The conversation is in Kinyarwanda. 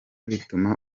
bituma